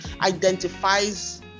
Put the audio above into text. identifies